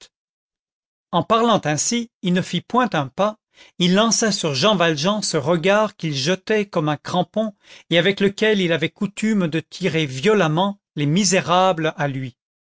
en parlant ainsi il ne fit point un pas il lança sur jean valjean ce regard qu'il jetait comme un crampon et avec lequel il avait coutume de tirer violemment les misérables à lui